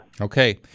Okay